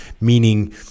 meaning